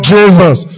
Jesus